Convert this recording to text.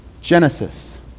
Genesis